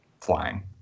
flying